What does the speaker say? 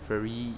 very